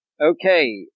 Okay